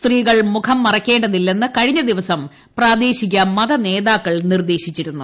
സ്ത്രീകൾ മുഖം മറയ്ക്കേണ്ടതില്ലെന്ന് കഴിഞ്ഞ ദിവസം പ്രാദേശിക മതനേതാക്കൾ നിർദ്ദേശിച്ചിരുന്നു